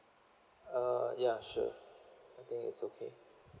uh ya sure I think it's okay